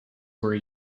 were